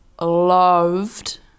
loved